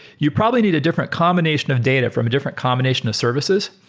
you probably need a different combination of data from different combination of services.